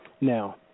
now